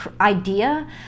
idea